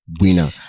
winner